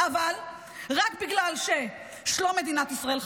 אבל נפלה מלחמה על מדינת ישראל.